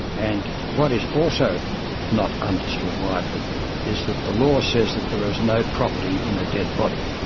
and what is also not understood widely is that the law says that there is no property in a dead body.